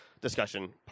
discussion